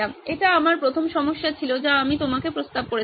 এটি আমার প্রথম সমস্যা যা আমি আপনাকে প্রস্তাব করেছিলাম